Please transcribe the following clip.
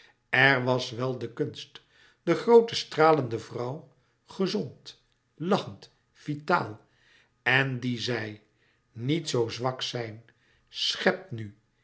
er was wel de kunst de groote stralende vrouw gezond lachend vitaal en die zei niet zoo zwak zijn schep nu